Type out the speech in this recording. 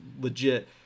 legit